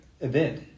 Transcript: event